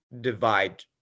divide